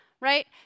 right